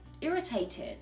irritated